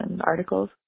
articles